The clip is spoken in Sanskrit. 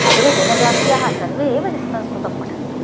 सर्वे जनजातियाः सर्वे एव संस्कृतं पठन्तु